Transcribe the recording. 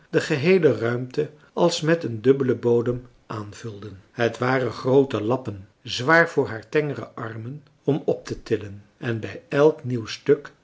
de geheele ruimte als met een dubbelen bodem aanvulden het waren groote lappen zwaar voor haar tengere armen om optetillen en bij elk nieuw stuk